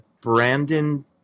Brandon